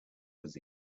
was